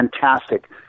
fantastic